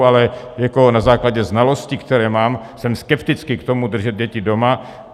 Ale na základě znalostí, které mám, jsem skeptický k tomu držet děti doma.